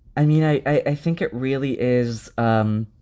i mean, i i think it really is. um